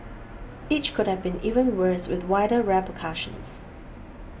each could have been even worse with wider repercussions